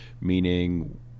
meaning